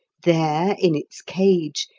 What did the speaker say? there, in its cage,